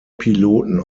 piloten